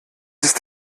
ist